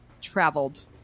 traveled